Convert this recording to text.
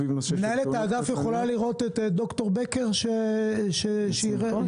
סביב נושא של --- מנהלת האגף יכולה לראות את ד"ר בקר שיראה את זה.